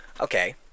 Okay